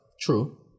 True